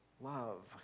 love